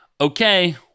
okay